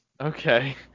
Okay